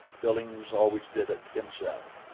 billings always did it himself.